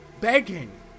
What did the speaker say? begging